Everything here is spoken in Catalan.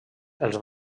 els